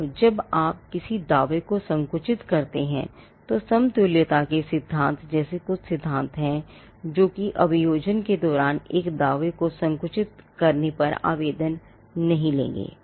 अब जब आप किसी दावे को संकुचित करते हैं तो समतुल्यता के सिद्धांत जैसे कुछ सिद्धांत हैं जो कि अभियोजन के दौरान एक दावे को संकुचित करने पर आवेदन नहीं लेंगे